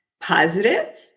positive